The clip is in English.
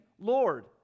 Lord